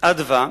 "מרכז אדוה",